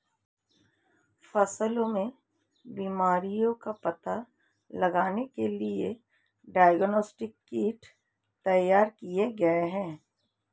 फसलों में बीमारियों का पता लगाने के लिए डायग्नोस्टिक किट तैयार किए गए हैं